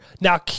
now